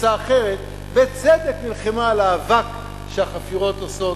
קבוצה אחרת בצדק נלחמה על האבק שהחפירות עושות